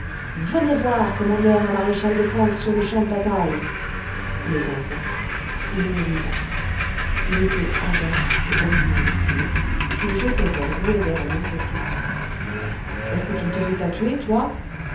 venez voir comment meurt un maréchal de france sur le champ de bataille mais en vain il ne mourut pas il était hagard et indigné il jetait à drouet d'erlon cette question est-ce que tu ne te fais pas tuer toi